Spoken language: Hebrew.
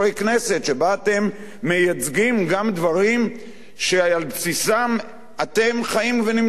שבה אתם מייצגים גם דברים שעל בסיסם אתם חיים ונמצאים כאן.